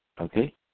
Okay